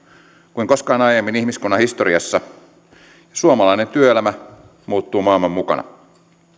kuin koskaan aiemmin ihmiskunnan historiassa suomalainen työelämä muuttuu maailman mukana